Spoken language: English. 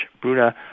Bruna